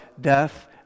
death